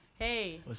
Hey